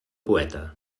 poeta